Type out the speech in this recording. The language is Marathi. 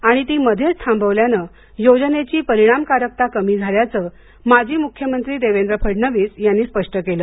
आणि ती मध्येच थांबवल्यानं योजनेची परिणामकारकता कमी झाल्याचं माजी मुख्यमंत्री देवेद्र फडणवीस यांनी स्पष्ट केलं